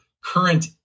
current